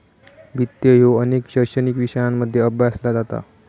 वित्त ह्या अनेक शैक्षणिक विषयांमध्ये अभ्यासला जाता